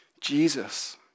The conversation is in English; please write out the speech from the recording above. Jesus